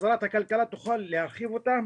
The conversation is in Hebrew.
ששרת הכלכלה תוכל להרחיב אותם